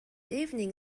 evening